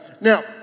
now